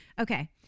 okay